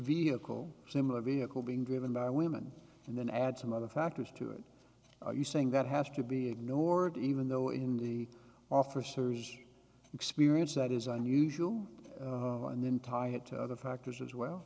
vehicle or similar vehicle being driven by women and then add some other factors to it are you saying that has to be ignored even though in the officers experience that is unusual and then tie it to other factors as well